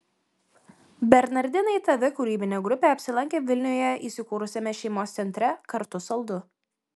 bernardinai tv kūrybinė grupė apsilankė vilniuje įsikūrusiame šeimos centre kartu saldu